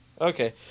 Okay